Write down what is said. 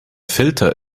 filter